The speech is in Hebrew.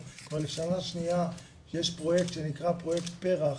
כבר שנה שניה שיש פרויקט שנקרא פרויקט פר"ח,